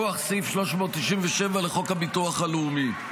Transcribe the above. מכוח סעיף 397 לחוק הביטוח הלאומי.